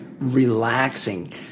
relaxing